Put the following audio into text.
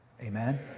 Amen